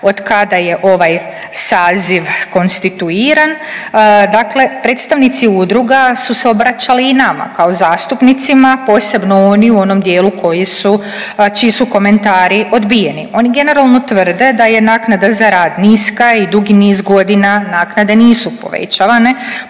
od kada je ovaj saziv konstituiran. Dakle, predstavnici udruga su se obraćali i nama kao zastupnicima, posebno oni u onom dijelu koji su čiji su komentari odbijeni. Oni generalno tvrde da je naknada za rad niska i dugi niz godina naknade nisu povećavane,